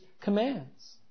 commands